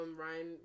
Ryan